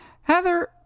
heather